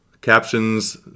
Captions